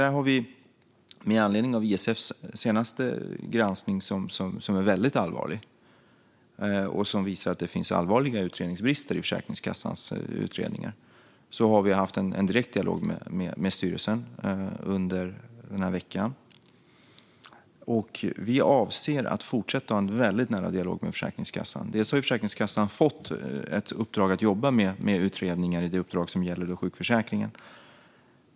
Där har vi med anledning av ISF:s senaste granskning, som är väldigt allvarlig och som visar att det finns allvarliga utredningsbrister i Försäkringskassans utredningar, haft en direkt dialog med styrelsen under den här veckan. Vi avser att fortsätta att ha en väldigt nära dialog med Försäkringskassan. Försäkringskassan har fått ett uppdrag att jobba med utredningar i det uppdrag som gäller sjukförsäkringen.